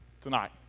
tonight